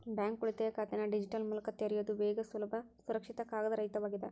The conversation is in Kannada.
ಬ್ಯಾಂಕ್ ಉಳಿತಾಯ ಖಾತೆನ ಡಿಜಿಟಲ್ ಮೂಲಕ ತೆರಿಯೋದ್ ವೇಗ ಸುಲಭ ಸುರಕ್ಷಿತ ಕಾಗದರಹಿತವಾಗ್ಯದ